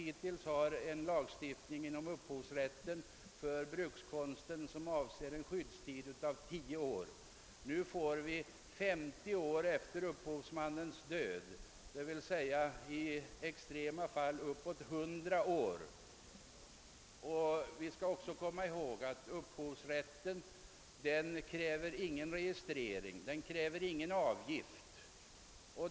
Hittills har vi nämligen haft en lagstiftning för brukskonst som stadgat en skyddstid på tio år, men nu blir gränsen satt till 50 år efter upphovsmannens död, d. v. s. i extrema fall uppåt 100 år. Vi skall också komma ihåg att upphovsrätten inte kräver någon registrering; den kräver ingen avgift.